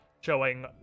showing